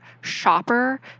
shopper